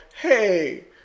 hey